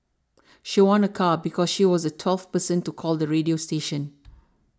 she won a car because she was the twelfth person to call the radio station